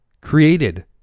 created